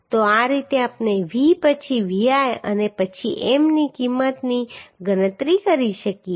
તો આ રીતે આપણે V પછી Vl અને પછી M ની કિંમતની ગણતરી કરી શકીએ